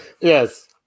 Yes